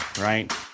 right